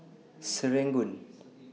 Serangoon